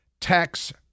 tax